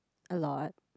a lot